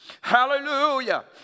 Hallelujah